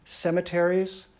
cemeteries